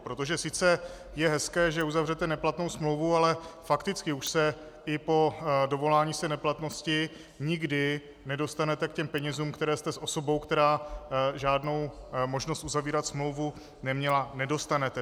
Protože sice je hezké, že uzavřete neplatnou smlouvu, ale fakticky už se i po dovolání se neplatnosti nikdy nedostanete k penězům, které jste s osobou, která žádnou možnost uzavírat smlouvu neměla, nedostanete.